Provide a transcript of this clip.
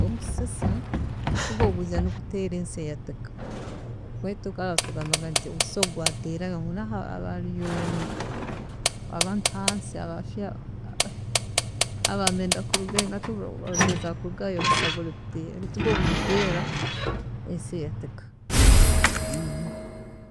Omusisa, hugwo gwiija niguteera ensi eyatika, baitu kara twagambaga nti omusisa obugwaateeraga ensi, hansi habagayo abantu hansi ababaga nikwenda kurugayo nikwe omusisa niguteera baitu gwe obuguteera ensi eyatika